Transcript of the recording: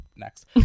next